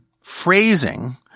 phrasing